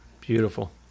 Beautiful